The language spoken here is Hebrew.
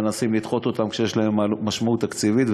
מנסים לדחות אותם כשיש להם משמעות תקציבית,